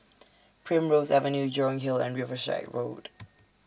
Primrose Avenue Jurong Hill and Riverside Road